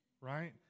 right